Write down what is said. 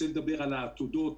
על העתודות.